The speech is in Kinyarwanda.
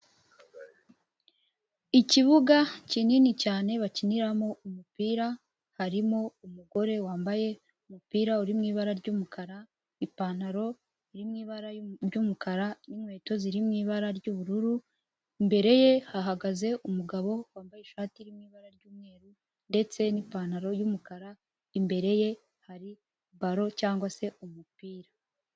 Ikibuga kinini cyane bakiniramo umupira harimo umugore wambaye umupira uri mu ibara ry'umukara ipantaro iri mu ibara ry'umukara n'inkweto ziri mu ibara ry'ubururu, imbere ye hahagaze umugabo wambaye ishati iri mu ibara ry'umweru ndetse n'ipantaro yumukara imbere ye hari ballon cyangwa se umupira.